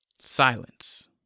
silence